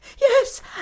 Yes